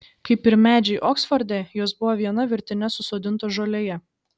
kaip ir medžiai oksforde jos buvo viena virtine susodintos žolėje